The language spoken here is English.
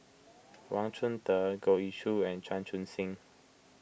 Wang Chunde Goh Ee Choo and Chan Chun Sing